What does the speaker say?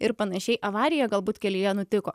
ir panašiai avarija galbūt kelyje nutiko